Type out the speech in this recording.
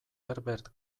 herbert